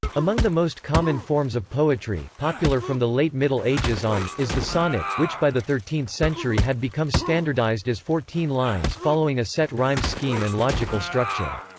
among the most common forms of poetry, popular from the late middle ages on, is the sonnet, which by the thirteenth century had become standardized as fourteen lines following a set rhyme scheme and logical structure.